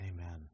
Amen